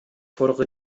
fordere